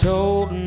Told